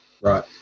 Right